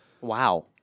Wow